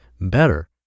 better